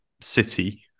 city